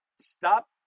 Stop